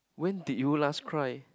when did you last cry